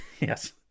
Yes